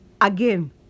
again